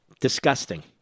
disgusting